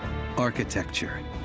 architecture